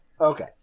Okay